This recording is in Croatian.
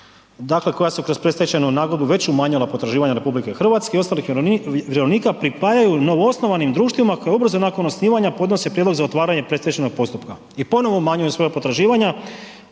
dakle koja su kroz predstečajnu nagodbu već umanjila potraživanja RH i ostalih vjerovnika, pripajaju novoosnovanim društvima koja ubrzo nakon osnivanja podnose prijedlog za otvaranje predstečajnog postupka i ponovo umanjuju svoja potraživanja,